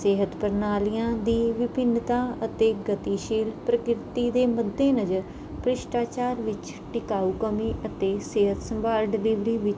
ਸਿਹਤ ਪ੍ਰਣਾਲੀਆਂ ਦੀ ਵਿਭਿੰਨਤਾ ਅਤੇ ਗਤੀਸ਼ੀਲ ਪ੍ਰਕਿਰਤੀ ਦੇ ਮੱਦੇ ਨਜ਼ਰ ਭ੍ਰਿਸ਼ਟਾਚਾਰ ਵਿੱਚ ਟਿਕਾਊ ਕੌਮੀ ਅਤੇ ਸਿਹਤ ਸੰਭਾਲ ਡਿਲੀਵਰੀ ਵਿੱਚ